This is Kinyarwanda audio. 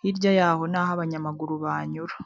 hirya yaho n' aho abanyamaguru banyura.